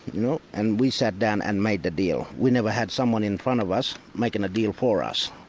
you know and we sat down and made the deal. we never had someone in front of us making a deal for us,